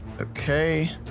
Okay